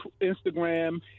Instagram